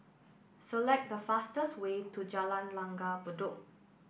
select the fastest way to Jalan Langgar Bedok